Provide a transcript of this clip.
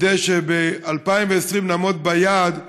כדי שב-2020 נעמוד ביעד,